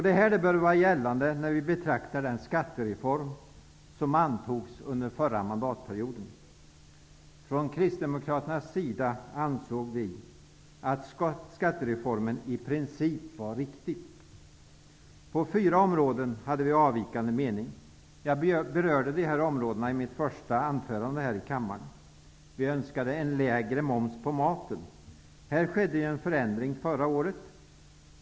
Detta bör gälla när vi betraktar den skattereform som antogs under förra mandatperioden. Från Kristdemokraternas sida ansåg vi att skattereformen i princip var riktig. På fyra områden hade vi dock avvikande mening. Jag berörde dessa områden i mitt första anförande här i kammaren. För det första önskade vi en lägre moms på maten. Här skedde en förändring förra året.